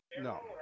No